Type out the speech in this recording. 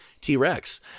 T-Rex